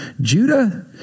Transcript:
judah